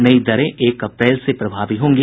नई दरें एक अप्रैल से प्रभावी होंगी